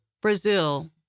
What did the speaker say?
Brazil